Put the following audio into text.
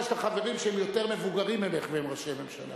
יש לך חברים שהם יותר מבוגרים ממך והם ראשי ממשלה,